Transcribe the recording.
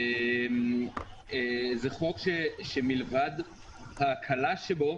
זה חוק שמלבד ההקלה שבו,